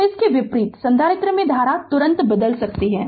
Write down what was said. तो इसके विपरीत संधारित्र में धारा तुरंत बदल सकती है